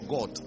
God